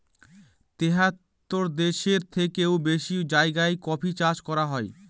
তেহাত্তর দেশের থেকেও বেশি জায়গায় কফি চাষ করা হয়